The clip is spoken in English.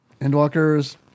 Endwalkers